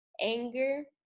Anger